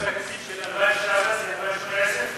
בתקציב של 2017 2018?